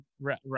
right